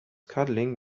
cuddling